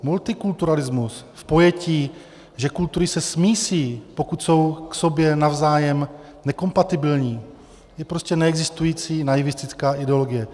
Multikulturalismus v pojetí, že kultury se smísí, pokud jsou k sobě navzájem nekompatibilní, je prostě neexistující naivistická ideologie.